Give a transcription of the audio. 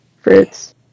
fruits